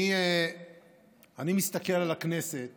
אני מסתכל על הכנסת